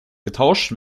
getauscht